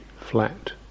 flat